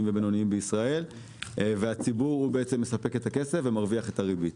ובינוניים בישראל והציבור מספק את הכסף ומרוויח את הריבית